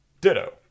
ditto